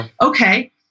Okay